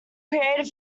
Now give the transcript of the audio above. created